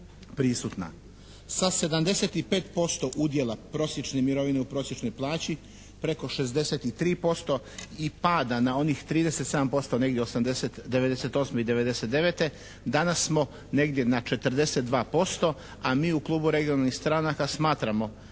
prisutna. Sa 75% udjela prosječne mirovine u prosječnoj plaći preko 63% i pada na inih 37% negdje '98. i '99. danas smo negdje na 42%. A mi u klubu regionalnih stranaka smatramo